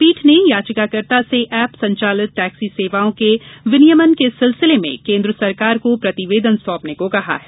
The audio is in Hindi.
पीठ ने याचिकाकर्ता से एप संचालित टैक्सी सेवाओं के सिलसिले में केन्द्र सरकार को प्रतिवेदन सौंपने को कहा है